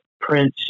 Prince